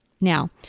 Now